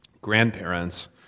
grandparents